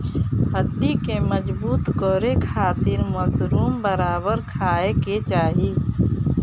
हड्डी के मजबूत करे खातिर मशरूम बराबर खाये के चाही